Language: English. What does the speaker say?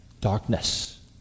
darkness